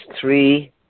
three